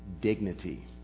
dignity